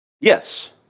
Yes